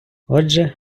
отже